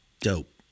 Dope